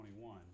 21